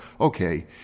okay—